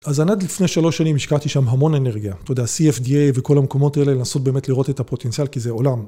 אז ענד לפני שלוש שנים השקעתי שם המון אנרגיה, אתה יודע, CFDA וכל המקומות האלה לנסות באמת לראות את הפוטנציאל כי זה עולם.